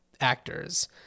actors